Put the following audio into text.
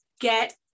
get